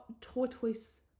tortoise